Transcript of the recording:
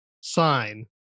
sign